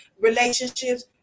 relationships